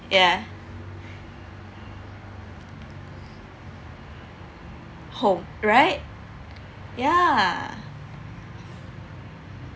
yeah home right yeah